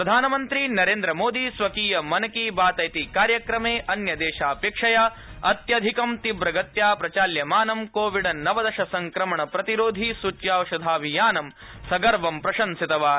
प्रधानमन्त्रिणा नरेन्द्रमोदिना स्वकीय मन की बात इति कार्यक्रमे अन्यदेशापेक्षया अत्यधिकं तीव्रगत्या प्रचाल्यमानं कोविड नवदश संक्रमण प्रतिरोधि सूच्यौषधाभियानं संगर्वं प्रशंसितम्